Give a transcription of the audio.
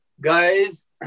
Guys